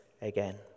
again